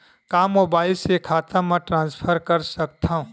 का मोबाइल से खाता म ट्रान्सफर कर सकथव?